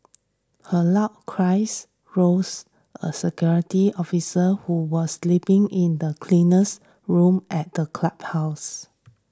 her loud cries roused a security officer who was sleeping in the cleaner's room at the clubhouse